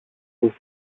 που